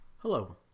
Hello